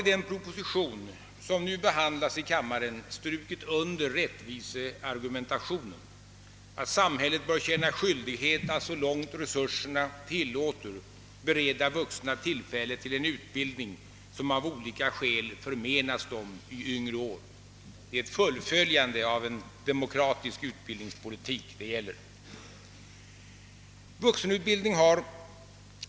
I den proposition som nu behandlas i kammaren har jag strukit under rättviseargumentationen, att samhället bör känna skyldighet att så långt resurserna tillåter bereda vuxna tillfälle till en utbildning som av olika skäl förmenats dem i yngre år. Det är ett fullföljande av en demokratisk utbildningspolitik det här gäller.